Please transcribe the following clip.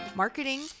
marketing